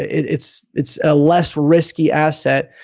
it's it's a less risky asset.